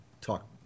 talk